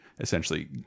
Essentially